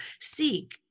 seek